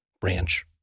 branch